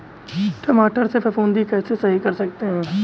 टमाटर से फफूंदी कैसे सही कर सकते हैं?